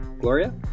Gloria